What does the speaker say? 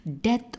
death